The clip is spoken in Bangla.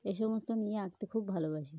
এ সমস্ত নিয়ে আঁকতে খুব ভালোবাসি